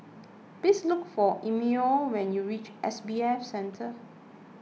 please look for Emilio when you reach S B F Center